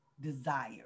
desire